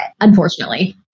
unfortunately